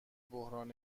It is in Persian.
بحران